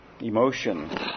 emotion